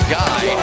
guy